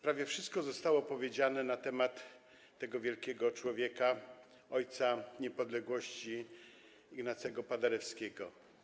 Prawie wszystko zostało powiedziane na temat tego wielkiego człowieka, ojca niepodległości, Ignacego Paderewskiego.